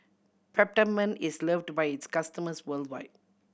Peptamen is loved by its customers worldwide